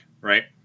right